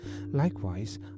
Likewise